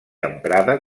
emprada